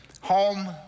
Home